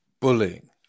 bullying